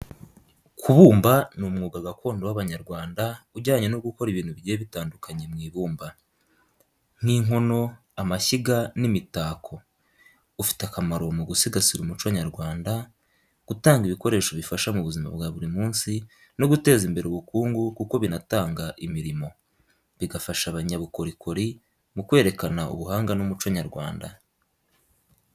Kubumba ni umwuga gakondo w’abanyarwanda ujyanye no gukora ibintu bigiye bitandukanye mu ibumba, nk’inkono, amashyiga, n’imitako. Ufite akamaro mu gusigasira umuco nyarwanda, gutanga ibikoresho bifasha mu buzima bwa buri munsi, no guteza imbere ubukungu kuko binatanga imirimo, bigafasha abanyabukorikori mu kwerekana ubuhanga n’umuco nyarwanda.